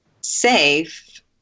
safe